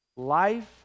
Life